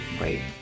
wait